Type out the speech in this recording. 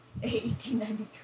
1893